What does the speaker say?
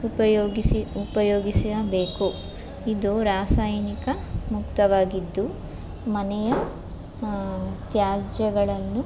ಉಪಯೋಗಿಸಿ ಉಪಯೋಗಿಸಬೇಕು ಇದು ರಾಸಾಯನಿಕ ಮುಕ್ತವಾಗಿದ್ದು ಮನೆಯ ತ್ಯಾಜ್ಯಗಳನ್ನು